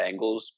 Bengals